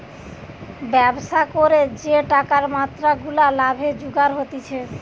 ব্যবসা করে যে টাকার মাত্রা গুলা লাভে জুগার হতিছে